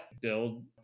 build